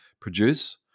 produce